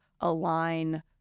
align